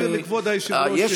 אני אבהיר לכבוד היושב-ראש,